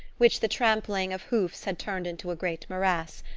which the trampling of hoofs had turned into a great morass,